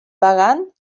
pagant